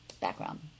background